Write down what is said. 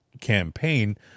campaign